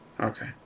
Okay